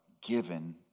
given